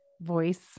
voice